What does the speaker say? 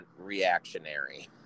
reactionary